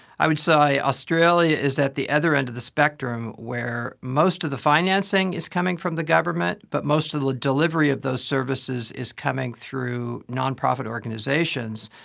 i would say australia is at the other end of the spectrum where most of the financing is coming from the government, but most of the delivery of those services is coming through non-profit organisations,